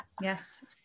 Yes